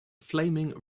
flaming